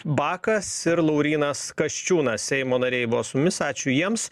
bakas ir laurynas kasčiūnas seimo nariai buvo su mumis ačiū jiems